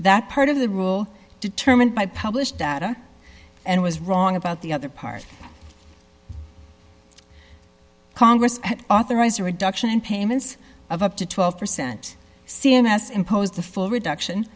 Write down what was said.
that part of the rule determined by published data and was wrong about the other part congress authorized a reduction in payments of up to twelve percent c m s imposed the full reduction